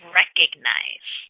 recognize